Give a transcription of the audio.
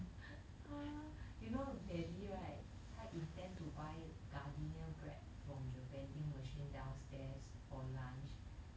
ah you know daddy right 他 intend to buy Gardenia bread from the vending machine downstairs for lunch